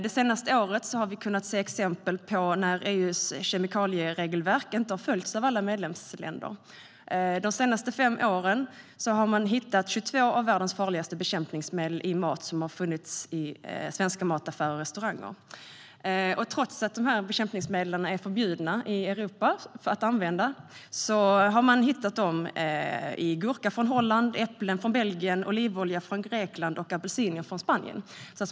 Det senaste året har vi sett exempel på att EU:s kemikalieregelverk inte har följts av alla medlemsländer. De senaste fem åren har man hittat 22 av världens farligaste bekämpningsmedel i mat som har funnits i svenska mataffärer och på svenska restauranger. Trots att det är förbjudet att använda dessa bekämpningsmedel i Europa har man hittat dem i gurka från Holland, äpplen från Belgien, olivolja från Grekland och apelsiner från Spanien.